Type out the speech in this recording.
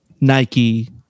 Nike